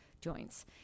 joints